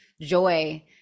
joy